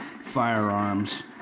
firearms